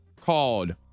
called